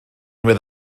oedd